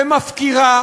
ומפקירה,